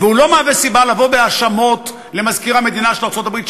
והוא לא מהווה סיבה לבוא בהאשמות למזכיר המדינה של ארצות-הברית,